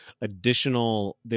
additional